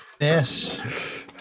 Yes